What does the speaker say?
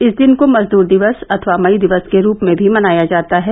इस दिन को मजदूर दिवस अथवा मई दिवस के रूप में भी मनाया जाता है